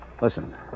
Listen